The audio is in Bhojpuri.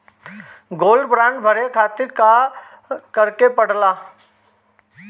गोल्ड बांड भरे खातिर का करेके पड़ेला?